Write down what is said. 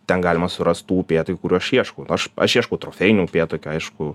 ten galima surast tų upėtakių kurių aš ieškau aš ieškau trofėjinių upėtakių aišku